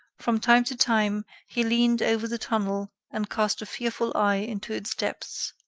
from time to time, he leaned over the tunnel and cast a fearful eye into its depths.